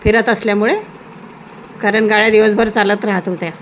फिरत असल्यामुळे कारण गाड्या दिवसभर चालत राहत होत्या